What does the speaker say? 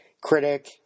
critic